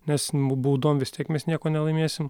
nes b baudom vis tiek mes nieko nelaimėsim